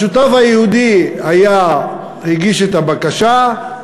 השותף היהודי הגיש את הבקשה,